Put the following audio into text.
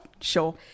Sure